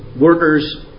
workers